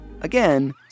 Again